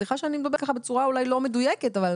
סליחה שאני מדברת ככה בצורה אולי לא מדויקת, אבל